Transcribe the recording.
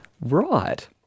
Right